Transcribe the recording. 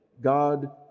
God